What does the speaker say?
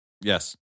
yes